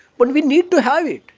but we need to have it.